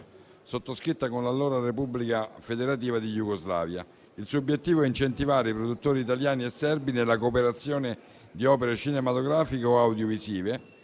sottoscritta con l'allora Repubblica federativa di Jugoslavia. Il suo obiettivo è incentivare i produttori italiani e serbi nella cooperazione su opere cinematografiche o audiovisive,